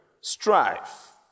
strife